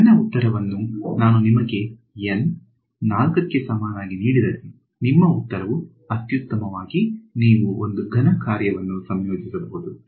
ನನ್ನ ಉತ್ತರವನ್ನು ನಾನು ನಿಮಗೆ N 4 ಕ್ಕೆ ಸಮನಾಗಿ ನೀಡಿದರೆ ನಿಮ್ಮ ಉತ್ತರವು ಅತ್ಯುತ್ತಮವಾಗಿ ನೀವು ಒಂದು ಘನ ಕಾರ್ಯವನ್ನು ಸಂಯೋಜಿಸಬಹುದು